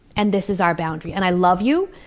and this is our boundary. and i love you,